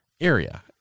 area